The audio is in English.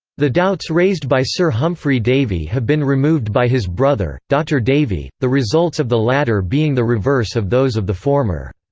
the doubts raised by sir humphry davy have been removed by his brother, dr. davy the results of the latter being the reverse of those of the former.